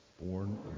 born